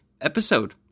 episode